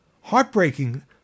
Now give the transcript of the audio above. Heartbreaking